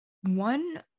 One